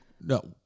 No